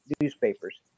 newspapers